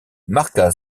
marqua